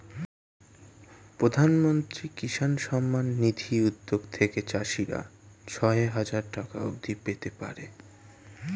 প্রধানমন্ত্রী কিষান সম্মান নিধি উদ্যোগ থেকে চাষিরা ছয় হাজার টাকা অবধি পেতে পারে